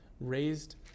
raised